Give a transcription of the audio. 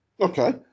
okay